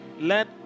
let